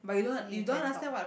if you can talk